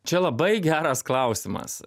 čia labai geras klausimas